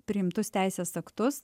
priimtus teisės aktus